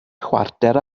chwarter